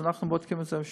אז אנחנו בודקים את זה שוב.